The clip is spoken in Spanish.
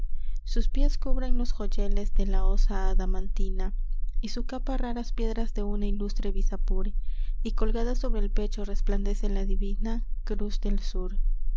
sus pies cubren los joyeles de la osa adamantina y su capa raras piedras de una ilustre visapur y colgada sobre el pecho resplandece la divina cruz del sur va